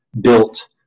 built